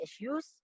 issues